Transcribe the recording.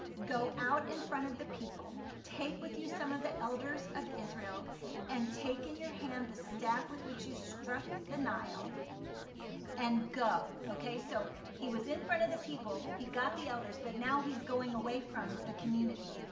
go out in front of the people, take with you some of the elders of israel and take in your hand the staff in which you struck the nile and go. okay, so he was in front of the people, ho got the elders, but now he's going away from the community.